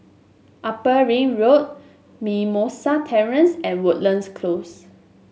Upper Ring Road Mimosa Terrace and Woodlands Close